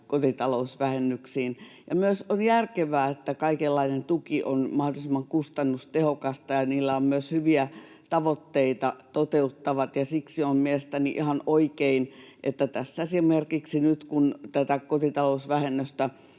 kotitalousvähennyksiin, ja on myös järkevää, että kaikenlainen tuki on mahdollisimman kustannustehokasta ja että ne myös hyviä tavoitteita toteuttavat, ja siksi on mielestäni ihan oikein, että esimerkiksi nyt, kun tässä tätä kotitalousvähennystä